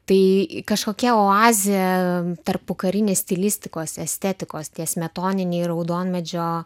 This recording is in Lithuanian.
tai kažkokia oazė tarpukarinės stilistikos estetikos tie smetoniniai raudonmedžio